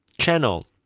channel